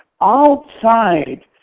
outside